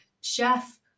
Chef